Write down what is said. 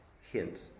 hint